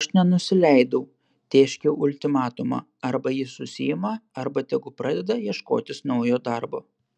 aš nenusileidau tėškiau ultimatumą arba jis susiima arba tegu pradeda ieškotis naujo darbo